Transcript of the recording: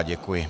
Děkuji.